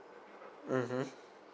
mmhmm